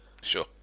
Sure